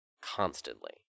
constantly